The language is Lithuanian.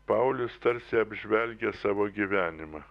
paulius tarsi apžvelgia savo gyvenimą